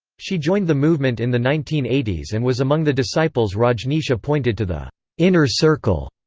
she joined the movement in the nineteen eighty s and was among the disciples rajneesh appointed to the inner circle,